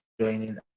joining